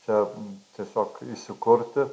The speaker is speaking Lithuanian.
čia tiesiog įsikurti